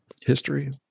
History